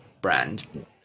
brand